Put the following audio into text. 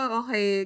okay